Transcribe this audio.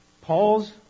Paul's